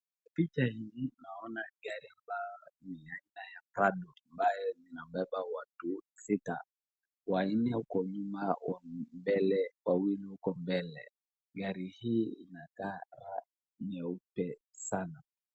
Picha hii naona gari ambayo ni aina ya prado ambayo inabeba watu sita, wanne huko nyuma wa mbele wawili huko mble. Gari hii inakaa nyeupe sana.